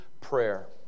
prayer